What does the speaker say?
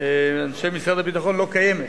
אנשי משרד הביטחון לא קיימת.